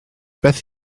beth